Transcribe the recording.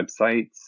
websites